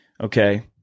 Okay